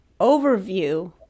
overview